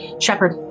Shepard